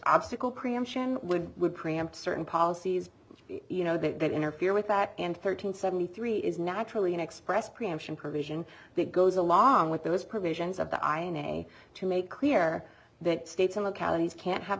obstacle preemption would would preempt certain policies you know that interfere with that and thirteen seventy three is naturally an express preemption provision that goes along with those provisions of the i in a to make clear that states and localities can't have